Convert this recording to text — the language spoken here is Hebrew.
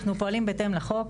אנחנו פועלים בהתאם לחוק.